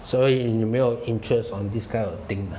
所以你没有 interest on this kind of thing ah